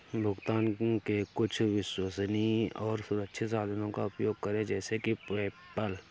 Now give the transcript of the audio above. भुगतान के कुछ विश्वसनीय और सुरक्षित साधनों का उपयोग करें जैसे कि पेपैल